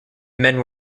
men